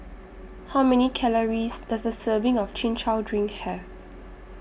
How Many Calories Does A Serving of Chin Chow Drink Have